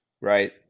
right